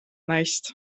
naist